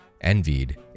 envied